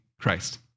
Christ